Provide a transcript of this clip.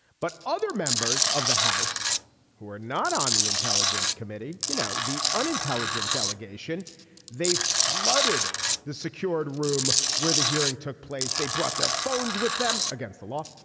but other members of the house who are not on the intelligence committee you know the unintelligent delegation they flooded the secured room where the hearing took place. they brought their phones with them against the law.